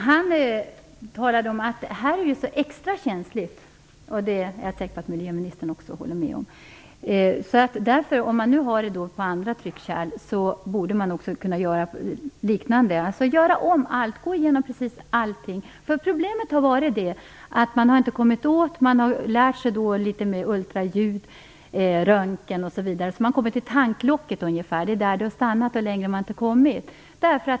Fru talman! Jag är säker på att miljöministern håller med om att det här är extra känsligt. Eftersom man gör dessa inspektioner vad gäller andra tryckkärl menade den här mannen att man nog borde kunna göra liknande inspektioner vad gäller reaktorer. Det handlar alltså om att man skall gå igenom precis allting. Problemet har varit att man inte har kommit åt. Man har lärt sig litet om ultraljud, röntgen osv. Man har kommit till tanklocket ungefär. Där har det stannat. Längre har man inte kommit.